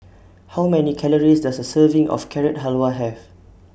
How Many Calories Does A Serving of Carrot Halwa Have